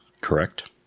Correct